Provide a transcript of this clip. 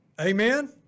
Amen